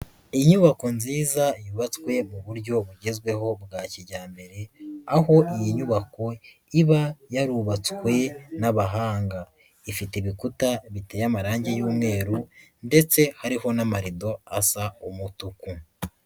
Inyubako nziza yubatswe mu buryo bugezweho bwa kijyambere, aho iyi nyubako iba yarubatswe n'abahanga. Ifite ibikuta bite amarangi y'umweru ndetse hariho n'amarido asa umutuku.